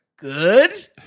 Good